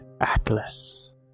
Atlas